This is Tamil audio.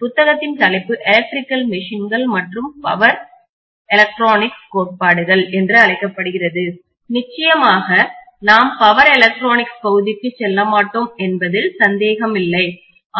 புத்தகத்தின் தலைப்பு "எலக்ட்ரிக்கல் மெஷின்கள் மற்றும் பவர் எலக்ட்ரானிக்ஸ் கோட்பாடுகள்" என்று அழைக்கப்படுகிறது நிச்சயமாக நாம் பவர் எலக்ட்ரானிக்ஸ் பகுதிக்கு செல்ல மாட்டோம் என்பதில் சந்தேகமில்லை